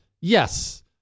yes